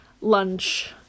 lunch